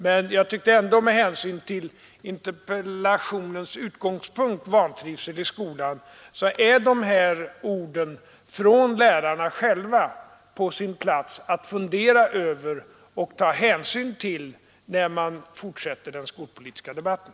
Men jag tycker ändå med interpellationens utgångspunkt — vantrivseln i skolan — att det är på sin plats att fundera över och ta hänsyn till dessa ord från lärarna själva när man fortsätter den skolpolitiska debatten.